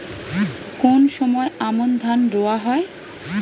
কোন সময় আমন ধান রোয়া হয়?